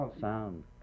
sound